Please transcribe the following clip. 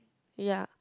ya